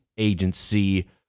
agency